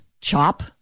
CHOP